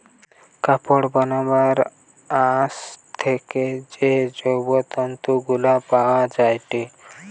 কাপড় বানাবার আঁশ থেকে যে জৈব তন্তু গুলা পায়া যায়টে